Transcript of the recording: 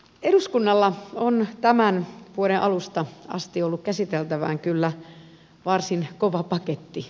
eduskunnalla on tämän vuoden alusta asti ollut käsiteltävänä kyllä varsin kova paketti